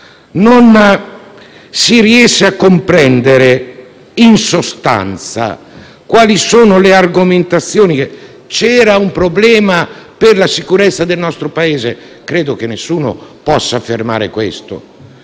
Non si riesce a comprendere, in sostanza, quali sono le argomentazioni. C'era un problema per la sicurezza del nostro Paese? Credo che nessuno possa affermare questo.